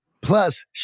Plus